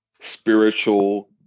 spiritual